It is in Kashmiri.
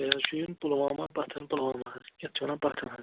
مےٚ حظ چھُ یُن پُلوامَہ پَتھن پُلوامَہ حظ یَتھ چھِ ونان پَتھن حظ